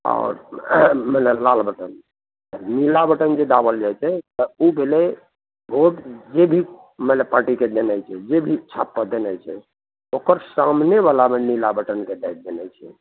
आओर मानि लऽ लाल बटन तऽ नीला बटन जे दाबल जाइ छै तऽ ओ भेलै बोट जे भी मानि लऽ पार्टीके देने छै जे भी छाप पर देने छै ओकर सामने बलामे नीला बटनके दाबि देने छै